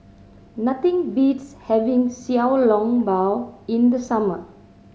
nothing beats having Xiao Long Bao in the summer